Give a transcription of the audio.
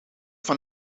van